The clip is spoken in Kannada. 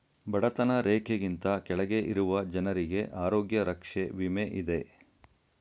ಬಡತನ ರೇಖೆಗಿಂತ ಕೆಳಗೆ ಇರುವ ಜನರಿಗೆ ಆರೋಗ್ಯ ರಕ್ಷೆ ವಿಮೆ ಇದೆ